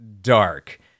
dark